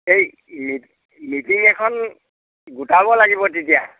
এই মি মিটিং এখন গোটাব লাগিব তেতিয়া